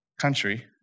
country